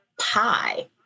pie